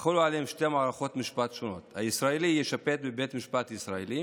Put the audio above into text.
יחולו עליהם שתי מערכות משפט שונות: הישראלי יישפט בבית משפט ישראלי